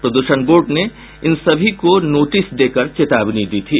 प्रद्षण बोर्ड ने इन सभी को नोटिस देकर चेतावनी दी थी